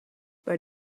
but